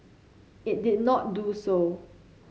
it did not do so